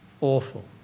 awful